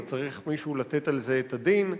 אז צריך מישהו לתת על זה את הדין.